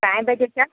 काएं बजे अचां